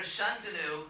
Shantanu